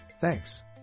thanks